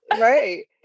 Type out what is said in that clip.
Right